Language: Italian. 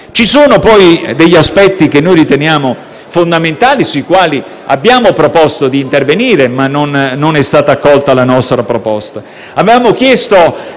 Ci sono poi degli aspetti che noi riteniamo fondamentali, su cui abbiamo proposto di intervenire, ma la nostra proposta